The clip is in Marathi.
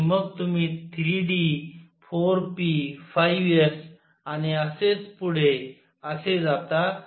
आणि मग तुम्ही 3 d 4 p 5 s आणि असेच पुढे असे जाता